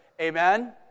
Amen